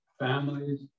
families